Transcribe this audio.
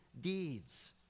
deeds